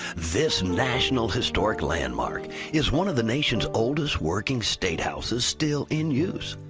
this national historic landmark is one of the nation's oldest working state houses still in use.